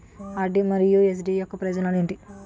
RD మరియు FD యొక్క ప్రయోజనాలు ఏంటి?